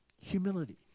Humility